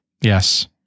Yes